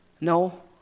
No